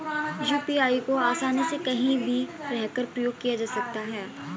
UPI को आसानी से कहीं भी रहकर प्रयोग किया जा सकता है